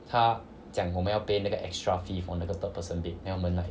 他讲我们要 pay 那个 fee for 那个 third person late then 我们 like